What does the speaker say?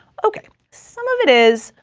ok, some of it is,